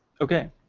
ok,